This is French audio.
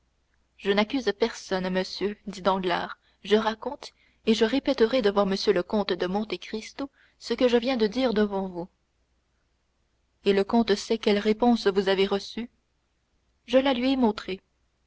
je n'accuse personne monsieur dit danglars je raconte et je répéterai devant m le comte de monte cristo ce que je viens de dire devant vous et le comte sait quelle réponse vous avez reçue je la lui ai montrée